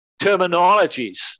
terminologies